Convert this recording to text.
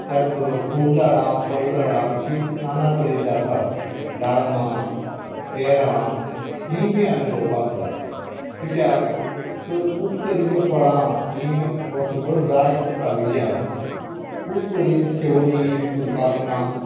त्याच बरोबर फूल झाडां फळ झाडां जीं नानातरेचीं आसात डाळमां पेरां हीं बी आमी रोवपाक जाय कित्याक तर खूब तरेचे फळां हीं वर्सभर जायत राविल्ल्यान खूब तरेचीं शेवणीं फुलपाखरां